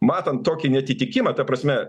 matant tokį neatitikimą ta prasme